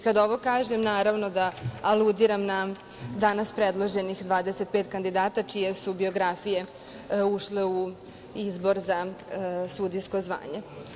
Kada ovo kažem, naravno da aludiram na danas predloženih 25 kandidata, čije su biografije ušle u izbor sudijsko zvanje.